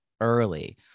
early